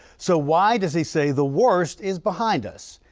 so why does he say the worst is behind us?